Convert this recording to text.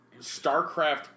StarCraft